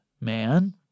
man